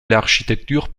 l’architecture